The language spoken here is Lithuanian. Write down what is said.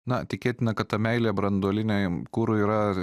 na tikėtina kad ta meilė branduoliniam kurui yra